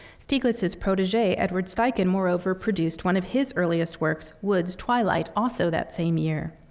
stieglitz's protege, edward steichen, moreover produced one of his earliest works, woods twilight, also that same year.